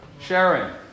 Sharon